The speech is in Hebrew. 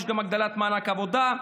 יש הגדלת מענק עבודה,